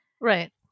Right